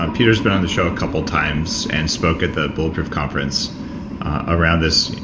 um peter's been on the show a couple times and spoke at the bulletproof conference around this,